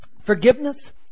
forgiveness